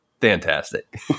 fantastic